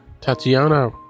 Tatiana